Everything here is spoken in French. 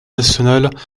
nationales